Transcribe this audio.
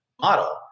model